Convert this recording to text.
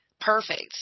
perfect